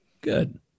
Good